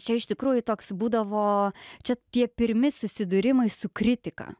čia iš tikrųjų toks būdavo čia tie pirmi susidūrimai su kritika